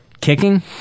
kicking